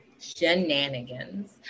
shenanigans